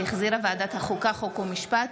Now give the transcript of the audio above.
שהחזירה ועדת החוקה חוק ומשפט.